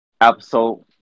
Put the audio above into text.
episode